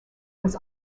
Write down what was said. was